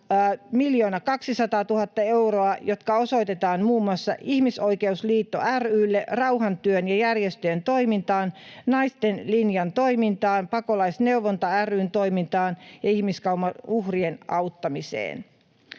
1 200 000 euroa, jotka osoitetaan muun muassa Ihmisoikeusliitto ry:lle, rauhantyön järjestöjen toimintaan, Naisten Linjan toimintaan, Pakolaisneuvonta ry:n toimintaan ja ihmiskaupan uhrien auttamiseen.